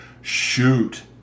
shoot